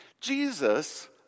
Jesus